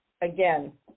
again